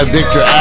Victor